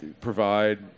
provide